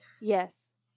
Yes